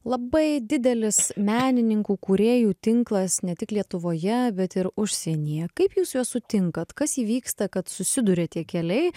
labai didelis menininkų kūrėjų tinklas ne tik lietuvoje bet ir užsienyje kaip jūs juos sutinkat kas įvyksta kad susiduria tie keliai